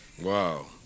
Wow